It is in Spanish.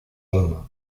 alma